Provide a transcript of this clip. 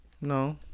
No